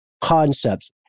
concepts